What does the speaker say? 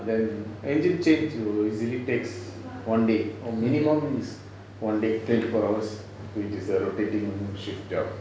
then enginer change will easily takes one day or minimum is one day twenty four hours which is a rotating shifts job